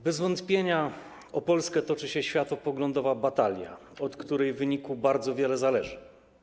Bez wątpienia o Polskę toczy się światopoglądowa batalia, od której wyniku bardzo wiele zależy.